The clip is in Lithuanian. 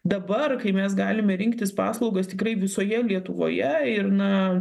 dabar kai mes galime rinktis paslaugas tikrai visoje lietuvoje ir na